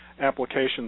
applications